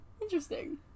Interesting